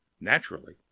naturally